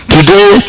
Today